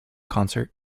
concert